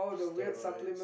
steroids